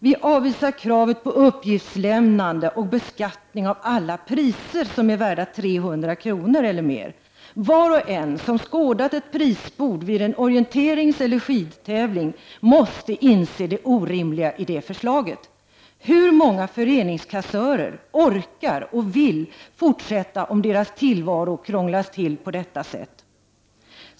Vi avvisar kravet på uppgiftslämnande och beskattning av alla priser som är värda 300 kr. eller mer. Var och en som skådat ett prisbord vid en orienteringseller skidtävling måste inse det orimliga i det förslaget. Hur många föreningskassörer orkar och vill fortsätta om deras tillvaro krånglas till på detta sätt?